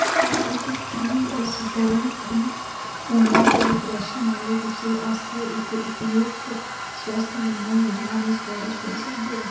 क्या तुस त्रीह् ऐस्स ब'रें दी उमरी ते डिप्रैशन आह्ले कुसै आस्तै इक उपयुक्त स्वास्थ बीमा योजना दी सफारश करी सकदे ओ